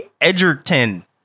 Edgerton